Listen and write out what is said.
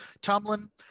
Tomlin